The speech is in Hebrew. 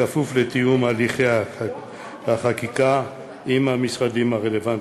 בכפוף לתיאום הליכי החקיקה עם המשרדים הרלוונטיים.